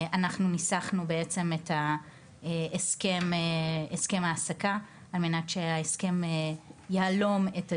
אנחנו ניסחנו בעצם את הסכם ההעסקה על מנת שההסכם יהלום את הדין,